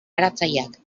garatzaileak